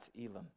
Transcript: Elam